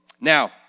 Now